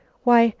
why,